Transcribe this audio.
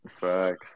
Facts